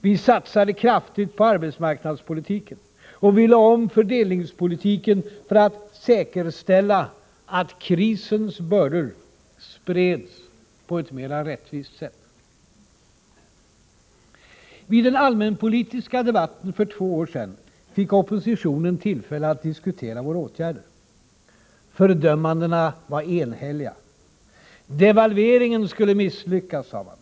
Vi satsade kraftigt på arbetsmarknadspolitiken, och vi lade om fördelningspolitiken för att säkerställa att krisens bördor spreds på ett mera rättvist sätt. Vid den allmänpolitiska debatten för två år sedan fick oppositionen tillfälle att diskutera våra åtgärder. Fördömandena var enhälliga. Devalveringen skulle misslyckas.